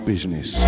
Business